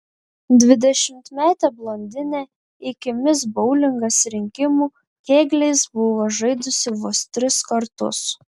dvidešimtmetė blondinė iki mis boulingas rinkimų kėgliais buvo žaidusi vos tris kartus